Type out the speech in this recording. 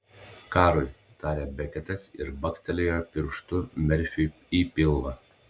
karui tarė beketas ir bakstelėjo pirštu merfiui į pilvą